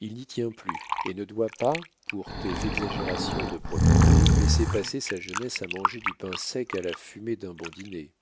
il n'y tient plus et ne doit pas pour tes exagérations de probité laisser passer sa jeunesse à manger du pain sec à la fumée d'un bon dîner